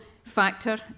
factor